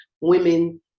women